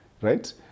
Right